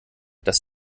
das